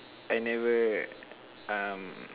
I never um